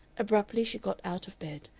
abruptly she got out of bed,